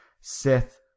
Seth